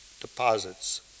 deposits